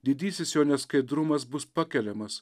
didysis jo neskaidrumas bus pakeliamas